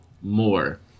more